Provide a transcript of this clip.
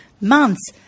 months –